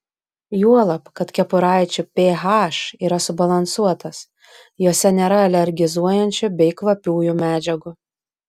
juolab kad kepuraičių ph yra subalansuotas jose nėra alergizuojančių bei kvapiųjų medžiagų